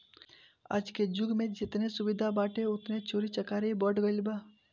आजके जुग में जेतने सुविधा बाटे ओतने चोरी चकारी बढ़ गईल बा